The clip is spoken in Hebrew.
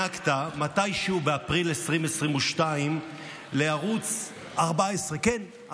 ריאיון שהענקת מתישהו באפריל 2022 לערוץ 14. כן,